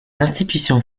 institutions